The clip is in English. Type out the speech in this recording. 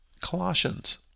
Colossians